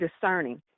discerning